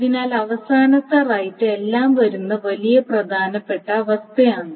അതിനാൽ അവസാനത്തെ റൈറ്റ് എല്ലാം വരുന്ന വലിയ പ്രധാനപ്പെട്ട അവസ്ഥയാണ്